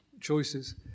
Choices